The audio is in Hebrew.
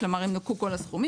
כלומר אם נוכו כל הסכומים,